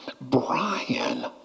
Brian